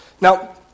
Now